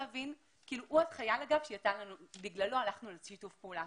הוא עוד חייל שבגללו הלכנו לשיתוף פעולה.